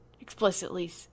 explicitly